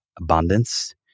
abundance